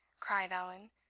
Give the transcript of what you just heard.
cried allan,